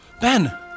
Ben